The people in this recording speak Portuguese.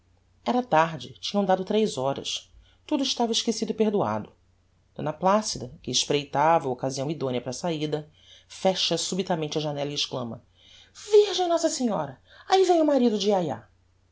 era tarde tinham dado tres horas tudo estava esquecido e perdoado d placida que espreitava a occasião idonea para a saída fecha subitamente a janella e exclama virgem nossa senhora ahi vem o marido de yayá